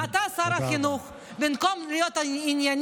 ואתה, שר החינוך, במקום להיות ענייני,